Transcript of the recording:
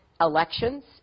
elections